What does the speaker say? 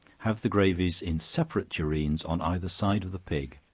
have the gravies in separate tureens on either side of the pig.